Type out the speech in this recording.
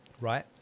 right